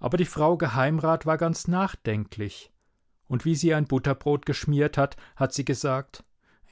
aber die frau geheimrat war ganz nachdenklich und wie sie ein butterbrot geschmiert hat hat sie gesagt